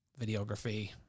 Videography